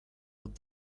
what